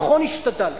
נכון, השתדלת,